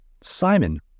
Simon